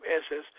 access